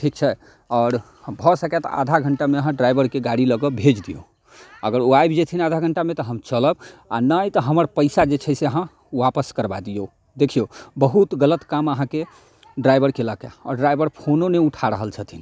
ठीक छै आओर भऽ सकै तऽ आधा घण्टामे अहाँ ड्राइवरके गाड़ी लऽ कऽ भेजि दिऔ अगर ओ आबि जेथिन आधा घण्टामे तऽ हम चलब आओर नहि तऽ हमर पइसा जे छै से अहाँ वापस करबा दिऔ देखिऔ बहुत गलत काम अहाँके ड्राइवर केलक अइ आओर ड्राइवर फोनो नहि उठा रहल छथिन